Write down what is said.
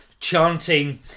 Chanting